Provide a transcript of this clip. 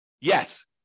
Yes